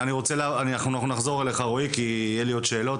אנחנו נחזור אליך רועי, כי יהיו לי עוד שאלות.